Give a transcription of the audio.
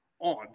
odd